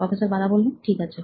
professor Bala ঠিক আছে